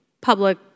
public